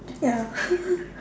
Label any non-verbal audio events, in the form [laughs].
ya [laughs]